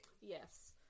Yes